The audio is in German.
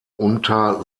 unter